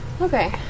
Okay